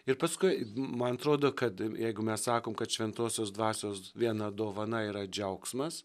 ir paskui man atrodo kad jeigu mes sakom kad šventosios dvasios viena dovana yra džiaugsmas